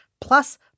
Plus